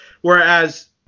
whereas